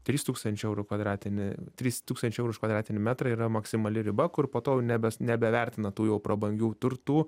trys tūkstančiai eurų kvadratinį trys tūkstančiai eurų už kvadratinį metrą yra maksimali riba kur po to jau nebe nebevertina tų jau prabangių turtų